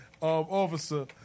officer